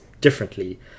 differently